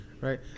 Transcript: Right